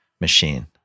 machine